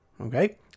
Okay